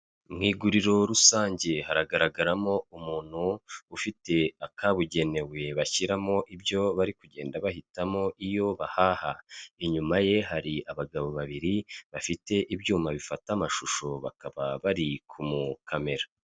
Mu iguriro rusange haragaragaramo umuntu ufite akabugenewe bashyiramo ibyo bari kugenda bahitamo iyo bahaha, inyuma ye hari abagabo babiri bafite ibyuma bifata amashusho bakaba bari kumukamera.